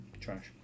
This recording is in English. trash